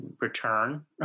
return